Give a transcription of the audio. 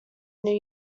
new